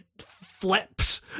flips